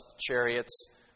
chariots